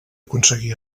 aconseguí